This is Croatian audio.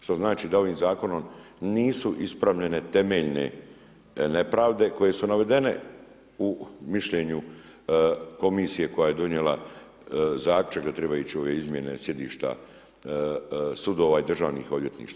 Što znači da ovim zakonom nisu ispravljene one temeljne nepravde koje su navedene u mišljenju komisije koja je donijela zaključak da treba ići u ove izmjene sjedišta sudova i državnih odvjetništva.